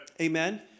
Amen